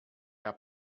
herr